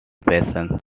patient